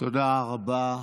תודה רבה.